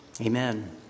Amen